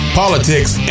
politics